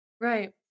right